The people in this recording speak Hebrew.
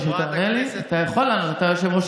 הוא רוצה לתת לי את כל הזמן שבעולם.